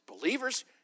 believers